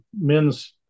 men's